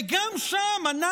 וגם שם אנחנו,